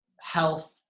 health